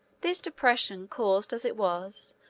this depression, caused, as it was,